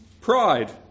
pride